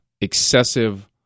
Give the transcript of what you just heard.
excessive